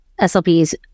SLPs